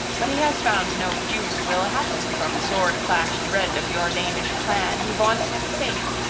but he has found no feud will happen from sword-clash dread of your danish clan he vaunts him safe,